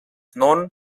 known